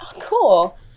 cool